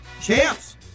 Champs